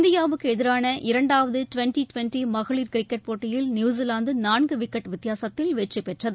இந்தியாவுக்கு எதிரான இரண்டாவது டுவெண்டி டுவெண்டி மகளிர் கிரிக்கெட் போட்டியில் நியுசிலாந்து நான்கு விக்கெட் வித்தியாசத்தில் வெற்றிபெற்றது